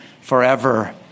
forever